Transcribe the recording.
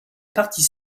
partie